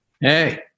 Hey